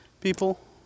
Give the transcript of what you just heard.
people